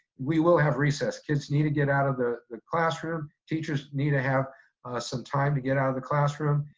we will have recess, kids need to get out of the the classroom, teachers need to have some time to get out of the classroom,